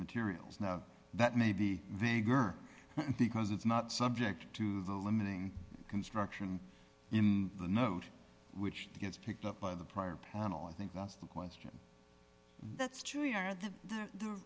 materials now that maybe they gurn because it's not subject to the limiting construction in the note which gets picked up by the prior panel i think that's the question that's truly are the